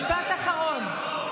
משפט אחרון.